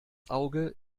auge